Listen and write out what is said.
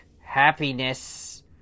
happiness